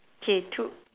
K two